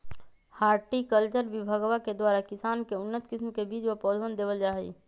horticulture विभगवा के द्वारा किसान के उन्नत किस्म के बीज व पौधवन देवल जाहई